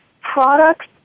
products